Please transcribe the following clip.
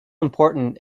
important